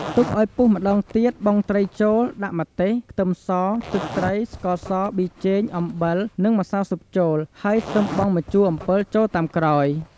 ទុកអោយពុះម្ដងទៀតបង់ត្រីចូល ដាក់ម្ទេស ខ្ទឹមស ទឹកត្រី ស្ករស ប៊ីចេង អំបិល និងម្សៅស៊ុបចូល ហើយសឹមបង់ម្ជូរអម្ពិលចូលតាមក្រោយ។